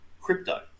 crypto